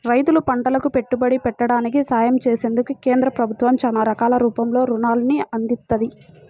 రైతులు పంటలకు పెట్టుబడి పెట్టడానికి సహాయం చేసేందుకు కేంద్ర ప్రభుత్వం చానా రకాల రూపంలో రుణాల్ని అందిత్తంది